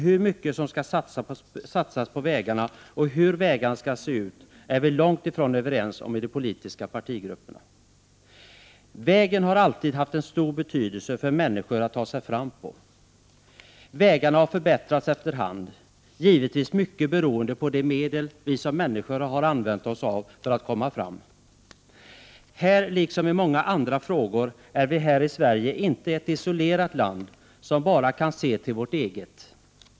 Hur mycket som skall satsas på vägarna och hur vägarna skall se ut är vi däremot långt ifrån överens om mellan de politiska partigrupperna. Vägen har alltid haft stor betydelse för människors möjligheter att ta sig fram. Vägarna har förbättrats efter hand. Givetvis har detta i stor utsträckning varit beroende på de medel som vi människor har använt oss av för att komma fram. I denna liksom i många andra frågor är vi här i Sverige inte ett isolerat land som enbart kan se till våra egna intressen.